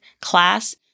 class